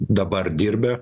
dabar dirbę